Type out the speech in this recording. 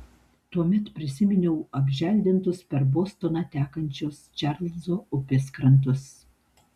tuomet prisiminiau apželdintus per bostoną tekančios čarlzo upės krantus